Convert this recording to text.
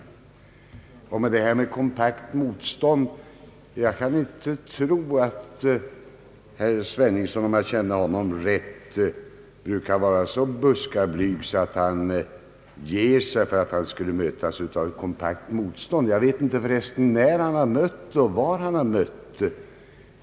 Vad beträffar herr Sveningssons uttalande om kompakt motstånd vill jag framhålla att jag inte kan tro att han, om jag känner honom rätt, brukar vara så buskablyg att han ger sig för att han möts av kompakt motstånd. Jag vet inte när och var han mött detta motstånd.